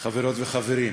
חברות וחברים,